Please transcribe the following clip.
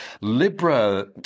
Libra